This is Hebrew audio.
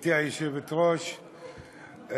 גברתי היושבת-ראש,